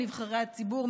נבחרי הציבור,